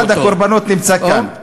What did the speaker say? אחד מהקורבנות נמצא כאן.